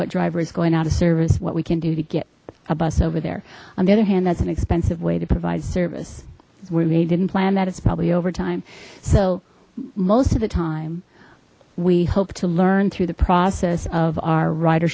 what driver is going out of service what we can do to get a bus over there on the other hand that's an expensive way to provide service where they didn't plan that it's probably overtime so most of the time we hope to learn through the process of our